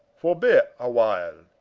forbeare a-while,